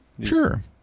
Sure